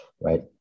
right